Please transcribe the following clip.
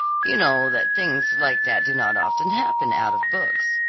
you know that things like that do not often happen out of books.